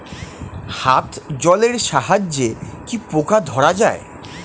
হাত জলের সাহায্যে কি পোকা ধরা যায়?